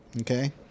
Okay